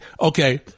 okay